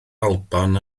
alban